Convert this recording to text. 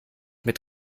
mit